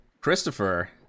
Christopher